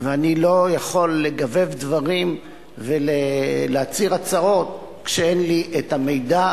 אני לא יכול לגבב דברים ולהצהיר הצהרות כשאין לי המידע,